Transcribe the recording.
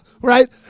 Right